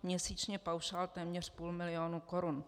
Měsíčně paušál téměř půl milionu korun.